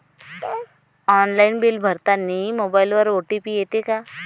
Online bill भरतानी मोबाईलवर OTP येते का?